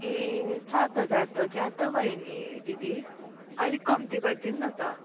ए सात हजार त ज्यादा भयो नि दिदी अलिक कम्ती गरिदिनु नि त